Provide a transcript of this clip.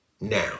Now